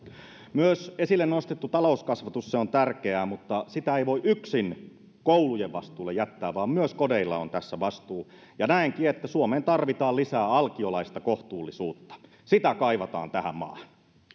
myös esille nostettu talouskasvatus on tärkeää mutta sitä ei voi yksin koulujen vastuulle jättää vaan myös kodeilla on tässä vastuu ja näenkin että suomeen tarvitaan lisää alkiolaista kohtuullisuutta sitä kaivataan tähän maahan